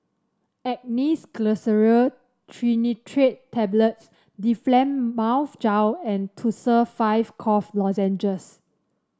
Angised Glyceryl Trinitrate Tablets Difflam Mouth Gel and Tussils five Cough Lozenges